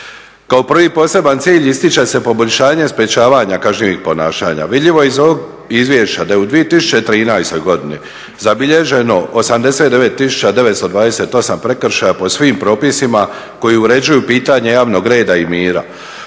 Kao prvi poseban cilj ističe se poboljšanje sprječavanja kažnjivih ponašanja. Vidljivo je iz ovog izvješća da je u 2013. godini zabilježeno 89928 prekršaja po svim propisima koji uređuju pitanje javnog reda i mira